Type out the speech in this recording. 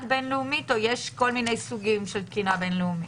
בין-לאומית או יש כל מיני סוגים של תקינה בין-לאומית.